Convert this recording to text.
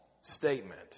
statement